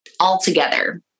altogether